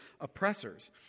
oppressors